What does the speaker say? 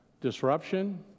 disruption